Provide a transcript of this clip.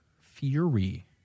Fury